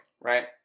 right